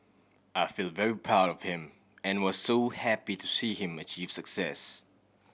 I feel very proud of him and was so happy to see him achieve success